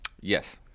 Yes